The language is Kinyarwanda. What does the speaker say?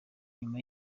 nyuma